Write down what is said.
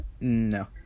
no